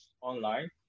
online